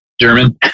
German